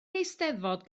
eisteddfod